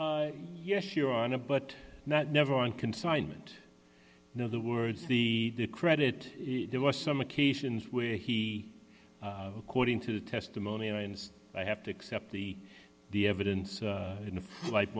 yes you're on a but not never on consignment in other words the credit there was some occasions where he quoting to the testimony lines i have to accept the the evidence in the li